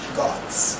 gods